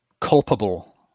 culpable